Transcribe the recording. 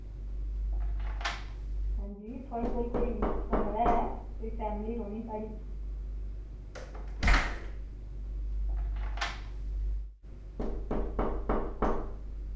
हां जी थुआढ़े कोल कोई कमरा ऐ एह् फैमिली रौह्नी साढ़ी